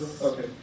Okay